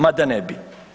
Ma da ne bi.